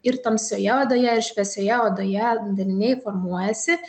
ir tamsioje odoje ir šviesioje odoje dariniai formuojasi